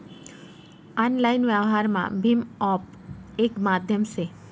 online व्यवहारमा भीम app येक माध्यम से